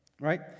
right